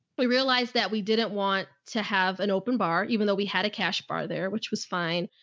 we realized that we didn't want to have an open bar, even though we had a cash bar there, which was fine,